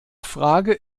frage